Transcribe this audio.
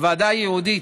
הוועדה הייעודית,